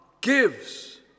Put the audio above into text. gives